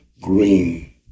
green